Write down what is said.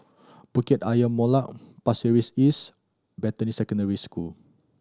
Bukit Ayer Molek Pasir Ris East Beatty Secondary School